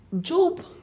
Job